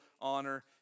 honor